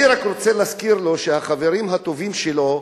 אני רק רוצה להזכיר לו, שהחברים הטובים שלו,